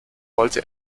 wollte